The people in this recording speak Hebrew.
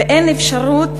ואין אפשרות